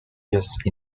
used